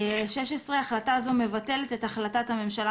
16.החלטה זו מבטלת את החלטת הממשלה